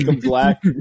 black